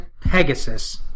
Pegasus